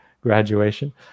graduation